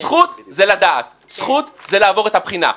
זכות זה לדעת, זכות זה לעבור את הבחינה.